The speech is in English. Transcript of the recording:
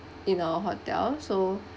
in our hotel so